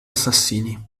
assassini